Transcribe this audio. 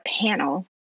panel